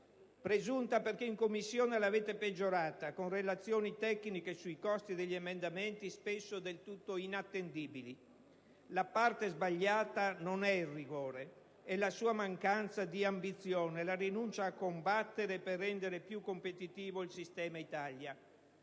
Presunto, perché in Commissione avete peggiorato la manovra, con relazioni tecniche sui costi degli emendamenti spesso del tutto inattendibili. La parte sbagliata non è il rigore, è la sua mancanza di ambizione, la rinuncia a combattere per rendere più competitivo il sistema Italia.